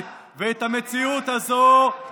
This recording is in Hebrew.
התורה לא